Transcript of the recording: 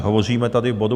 Hovoříme tady k bodu